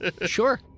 Sure